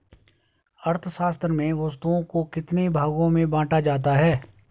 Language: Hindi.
अर्थशास्त्र में वस्तुओं को कितने भागों में बांटा जाता है?